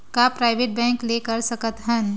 का private bank ले कर सकत हन?